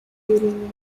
during